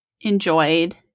enjoyed